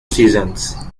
seasons